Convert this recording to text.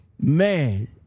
man